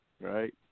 right